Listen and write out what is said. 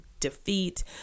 defeat